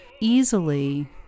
easily